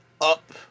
up